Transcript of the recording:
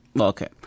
okay